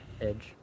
Edge